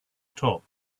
top